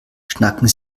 schnacken